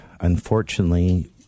unfortunately